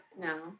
no